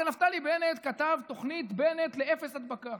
הרי נפתלי בנט כתב את תוכנית בנט לאפס הדבקה